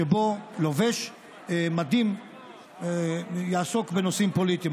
שבו לובש מדים יעסוק בנושאים פוליטיים.